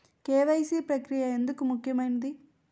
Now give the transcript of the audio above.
KYC ప్రక్రియ ఎందుకు ముఖ్యమైనది?